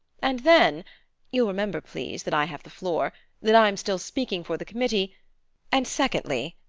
and then you'll remember, please, that i have the floor that i'm still speaking for the committee and secondly,